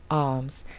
arms,